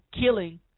killing